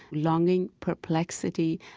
longing, perplexity,